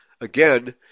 again